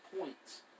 points